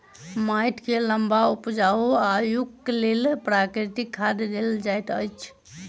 माइट के लम्बा उपजाऊ आयुक लेल प्राकृतिक खाद देल जाइत अछि